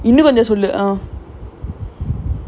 individuals who ah